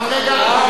רק רגע.